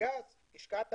בגז השקעת,